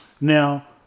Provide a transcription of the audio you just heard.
now